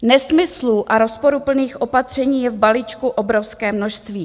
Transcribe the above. Nesmyslů a rozporuplných opatření je v balíčku obrovské množství.